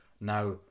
now